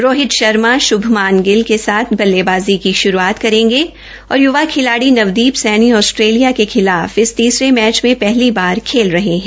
रोहित शर्मा श्भमान गिल के साथ बल्लेबाज़ी की शुरूआत करेंगे और य्वा खिलाड़ी नवदीप सैनी आस्ट्रेलिया खिलाफ इस तीसरे मैच में पहली बार खेल रहे है